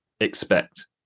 expect